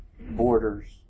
borders